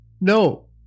No